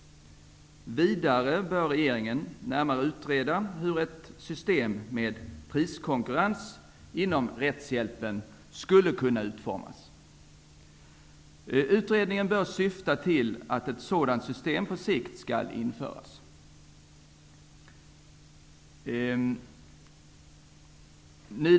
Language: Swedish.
Vidare bör regeringen närmare utreda hur ett system med priskonkurrens inom rättshjälpen skulle kunna utformas. Utredningen bör syfta till att ett sådant system på sikt skall införas.